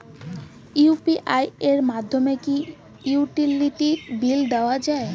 UPI এর মাধ্যমে কি ইউটিলিটি বিল দেওয়া যায়?